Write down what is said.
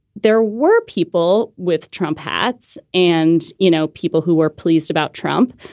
there were people with trump hats and, you know, people who were pleased about trump.